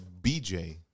BJ